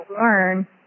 learn